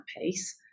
pace